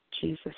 Jesus